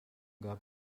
gab